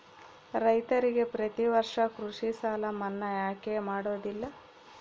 ರೈತರಿಗೆ ಪ್ರತಿ ವರ್ಷ ಕೃಷಿ ಸಾಲ ಮನ್ನಾ ಯಾಕೆ ಮಾಡೋದಿಲ್ಲ?